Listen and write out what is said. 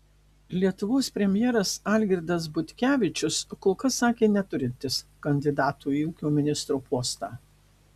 lietuvos premjeras algirdas butkevičius kol kas sakė neturintis kandidatų į ūkio ministro postą